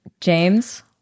James